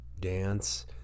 dance